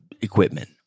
equipment